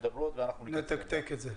שמדברות יקצרו ואנחנו --- נתקתק את זה.